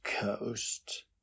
Coast